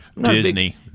Disney